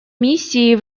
миссии